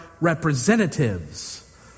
representatives